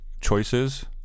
choices